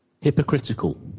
Hypocritical